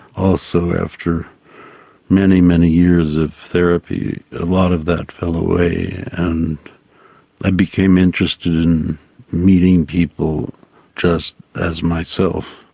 also after many, many years of therapy, a lot of that fell away and i became interested in meeting people just as myself.